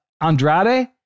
Andrade